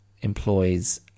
employs